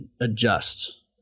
adjust